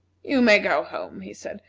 you may go home, he said,